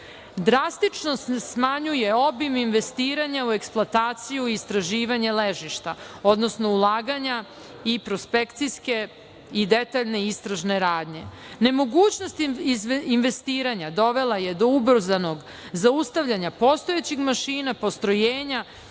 drastično se smanjuje obim investiranja u eksploataciju i istraživanje ležišta, odnosno ulaganja i prospekcijske i detaljne istražne radnje. Nemogućnost investiranja dovela je do ubrzanog zaustavljanja postojećih mašina, postrojenja,